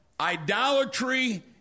idolatry